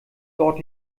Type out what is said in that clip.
dort